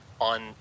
on